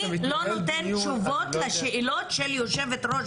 אני לא נותן תשובות לשאלות של יושבת-ראש